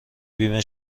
بیمه